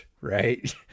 right